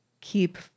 keep